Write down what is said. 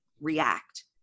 react